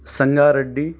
Sanga ready